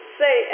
say